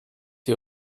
ihr